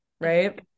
right